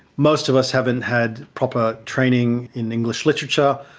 most of us haven't had proper training in english literature,